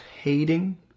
hating